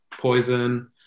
Poison